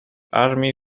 army